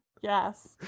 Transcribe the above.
yes